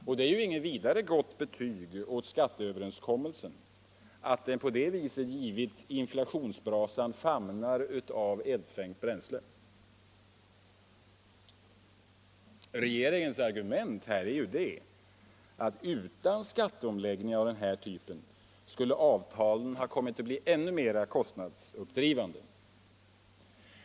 Och det är inget vidare gott betyg åt skatteöverenskommelsen att den på det viset givit inflationsbrasan famnar av eldfängt bränsle. Regeringens argument är att utan skatteomläggningar av den här typen skulle avtalen kommit att bli ännu mer kostnadsuppdrivande.